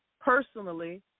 personally